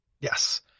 Yes